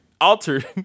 altered